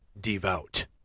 devout